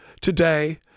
today